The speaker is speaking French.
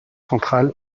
central